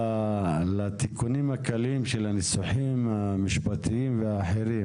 לתיקונים הקלים של הניסוחים המשפטיים והאחרים